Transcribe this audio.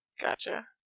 Gotcha